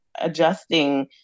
adjusting